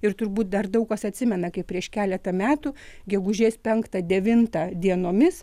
ir turbūt dar daug kas atsimena kaip prieš keletą metų gegužės penktą devintą dienomis